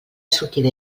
sortida